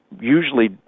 usually